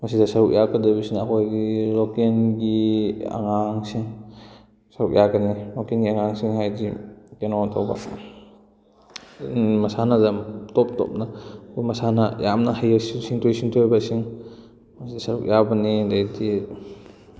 ꯃꯁꯤꯗ ꯁꯔꯨꯛ ꯌꯥꯔꯛꯀꯗꯧꯔꯤꯕꯁꯤꯅ ꯑꯩꯈꯣꯏꯒꯤ ꯂꯣꯀꯦꯜꯒꯤ ꯑꯉꯥꯡꯁꯤꯡ ꯁꯔꯨꯛ ꯌꯥꯔꯛꯀꯅꯤ ꯂꯣꯀꯦꯜꯒꯤ ꯑꯉꯥꯡꯁꯤꯡ ꯍꯥꯏꯗꯤ ꯀꯩꯅꯣ ꯇꯧꯕ ꯃꯁꯥꯟꯅꯗ ꯌꯥꯝ ꯇꯣꯞ ꯇꯣꯞꯅ ꯑꯩꯈꯣꯏ ꯃꯁꯥꯟꯅ ꯌꯥꯝꯅ ꯍꯩꯊꯣꯏ ꯁꯤꯡꯊꯣꯏ ꯁꯤꯡꯊꯣꯏꯔꯕꯁꯤꯡ ꯃꯁꯤꯗ ꯁꯔꯨꯛ ꯌꯥꯕꯅꯤ ꯑꯗꯩꯗꯤ